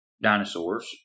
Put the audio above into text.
dinosaurs